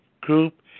group